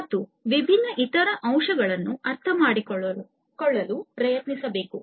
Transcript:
ಮತ್ತು ವಿಭಿನ್ನ ಇತರ ಅಂಶಗಳನ್ನು ಅರ್ಥಮಾಡಿಕೊಳ್ಳಲು ಪ್ರಯತ್ನಿಸಬೇಕು